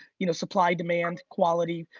you know supply demand, quality,